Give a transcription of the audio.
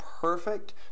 perfect